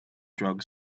drug